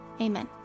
amen